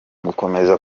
gukomeza